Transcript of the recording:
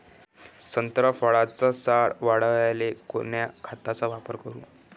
संत्रा फळाचा सार वाढवायले कोन्या खताचा वापर करू?